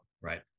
Right